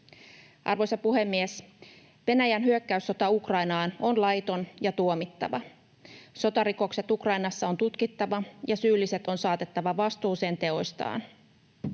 Arvoisa puhemies! Venäjän hyökkäyssota Ukrainaan on laiton ja tuomittava. Sotarikokset Ukrainassa on tutkittava ja syylliset on saatettava vastuuseen teoistaan.